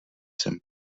jsem